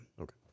Okay